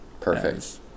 Perfect